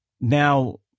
now